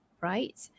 right